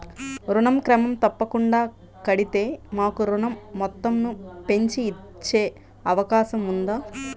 ఋణం క్రమం తప్పకుండా కడితే మాకు ఋణం మొత్తంను పెంచి ఇచ్చే అవకాశం ఉందా?